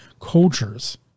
cultures